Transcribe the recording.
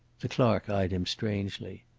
the clerk eyed him strangely.